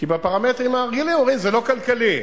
כי בפרמטרים הרגילים אומרים: זה לא כלכלי.